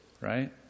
right